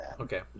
Okay